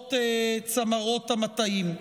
מצמרות המטעים?